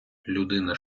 людина